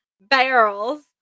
barrels